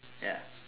ya